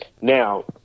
Now